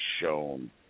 shown